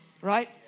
right